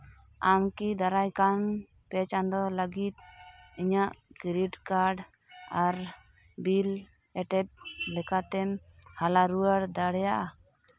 ᱟᱢ ᱠᱤ ᱫᱟᱨᱟᱭ ᱠᱟᱱ ᱯᱮ ᱪᱟᱸᱫᱳ ᱞᱟᱹᱜᱤᱫ ᱤᱧᱟᱹᱜ ᱠᱨᱮᱰᱤᱴ ᱠᱟᱨᱰ ᱟᱨ ᱵᱤᱞ ᱮᱴᱮᱯ ᱞᱮᱠᱟᱛᱮᱢ ᱦᱟᱞᱟ ᱨᱩᱣᱟᱹᱲ ᱫᱟᱲᱮᱭᱟᱜᱼᱟ